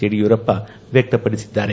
ಯಡಿಯೂರಪ್ಪ ವ್ಯಕ್ತಪಡಿಸಿದ್ದಾರೆ